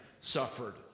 suffered